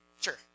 Sure